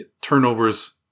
turnovers